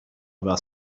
aveva